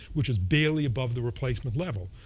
which is barely above the replacement level.